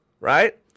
right